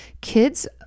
Kids